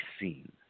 seen